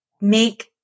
make